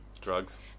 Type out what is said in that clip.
Drugs